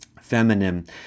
feminine